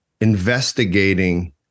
investigating